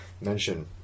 mention